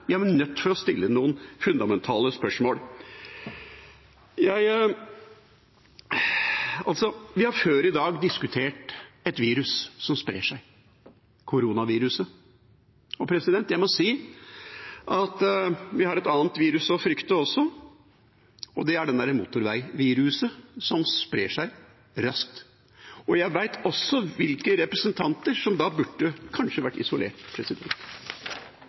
Vi er nødt til å stille noen fundamentale spørsmål. Vi har før i dag diskutert et virus som sprer seg – koronaviruset. Jeg må si at vi har et annet virus å frykte også, og det er motorveiviruset, som sprer seg raskt. Jeg vet også hvilke representanter som kanskje burde vært isolert.